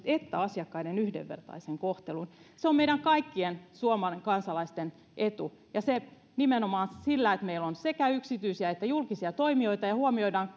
että asiakkaiden yhdenvertaisen kohtelun se on meidän kaikkien suomen kansalaisten etu ja nimenomaan sillä että meillä on sekä yksityisiä että julkisia toimijoita ja huomioidaan